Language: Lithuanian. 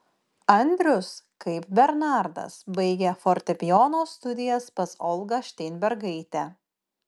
andrius kaip bernardas baigė fortepijono studijas pas olgą šteinbergaitę